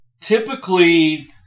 Typically